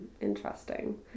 Interesting